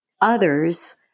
others